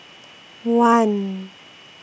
one